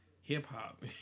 hip-hop